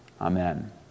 Amen